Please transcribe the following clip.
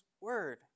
word